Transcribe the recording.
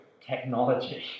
technology